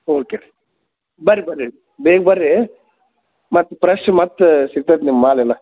okay ರೀ ಬರ್ರಿ ಬರ್ರಿ ಬೇಗ ಬರ್ರಿ ಮತ್ತು ಫ್ರೆಶ್ ಮತ್ತು ಸಿಕ್ತೈತಿ ನಿಮ್ಮ ಮಾಲ್ ಎಲ್ಲ